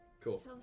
Cool